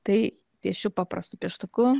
tai piešiu paprastu pieštuku